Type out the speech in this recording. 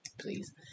Please